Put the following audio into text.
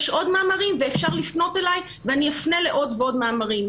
יש עוד מאמרים ואפשר לפנות אלי ואני אפנה לעוד ועוד מאמרים.